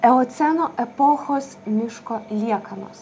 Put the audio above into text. eoceno epochos miško liekanos